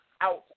out